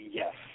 yes